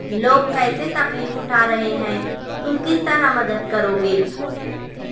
لوگ کیسے تکلیف اٹھا رہے ہیں تم کس طرح مدد کرو گے